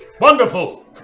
Wonderful